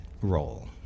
role